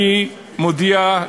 אני מודיע,